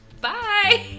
Bye